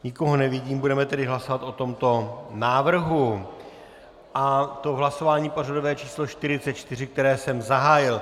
Nikoho nevidím, budeme tedy hlasovat o tomto návrhu, a to v hlasování pořadové číslo 44, které jsem zahájil.